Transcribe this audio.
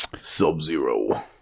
Sub-Zero